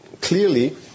clearly